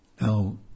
Now